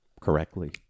correctly